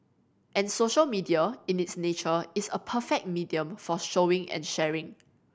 and social media in its nature is a perfect medium for showing and sharing